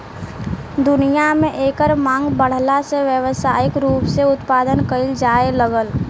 दुनिया में एकर मांग बाढ़ला से व्यावसायिक रूप से उत्पदान कईल जाए लागल